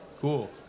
Cool